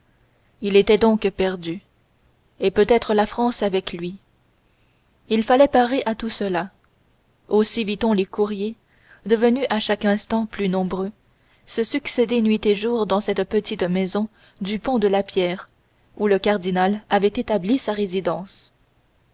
il était donc perdu et peut-être la france avec lui il fallait parer à tout cela aussi vit-on les courriers devenus à chaque instant plus nombreux se succéder nuit et jour dans cette petite maison du pont de la pierre où le cardinal avait établi sa résidence